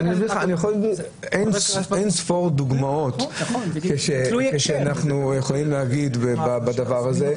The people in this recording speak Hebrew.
אני יכול לתת אין ספור דוגמאות כשאנחנו יכולים להגיד דבר כזה.